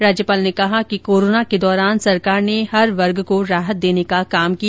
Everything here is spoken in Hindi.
राज्यपाल ने कहा कि कोरोना के दौरान सरकार ने हर वर्ग को राहत देने का काम किया